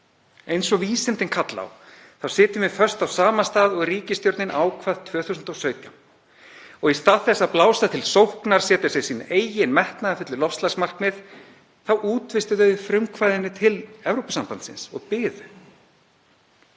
eins og vísindin kalla á þá sitjum við föst á sama stað og ríkisstjórnin ákvað 2017. Og í stað þess að blása til sóknar, setja sér sín eigin metnaðarfullu loftslagsmarkmið útvista þau frumkvæðinu til Evrópusambandsins og biðu.